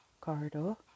corridor